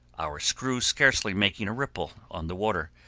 our screw scarcely making a ripple on the water,